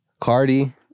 Cardi